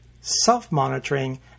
self-monitoring